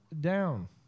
down